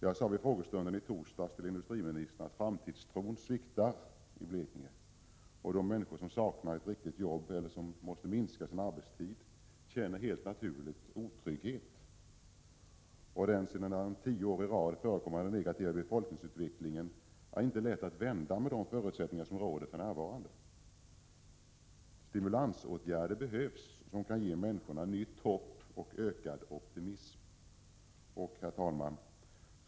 Jag sade vid frågestunden i torsdags till industriministern att framtidstron i Blekinge sviktar. De människor som saknar ett riktigt jobb eller som måste minska sin arbetstid känner helt naturligt otrygghet. Den under tio år i rad förekommande negativa befolkningsutvecklingen är inte lätt att vända med de förutsättningar som råder för närvarande. Stimulansåtgärder behövs som kan ge människorna nytt hopp och ökad optimism. Herr talman!